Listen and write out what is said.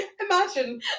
Imagine